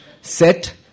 set